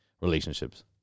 relationships